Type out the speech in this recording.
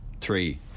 three